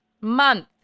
month